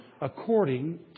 according